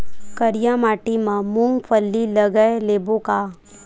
करिया माटी मा मूंग फल्ली लगय लेबों का?